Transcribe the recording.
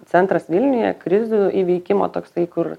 centras vilniuje krizių įveikimo toksai kur